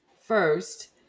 first